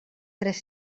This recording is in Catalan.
tres